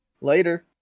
later